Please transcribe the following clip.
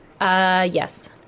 Yes